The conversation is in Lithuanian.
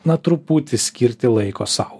na truputį skirti laiko sau